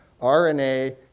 RNA